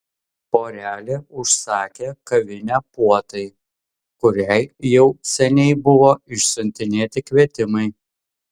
porelė užsakė kavinę puotai kuriai jau seniai buvo išsiuntinėti kvietimai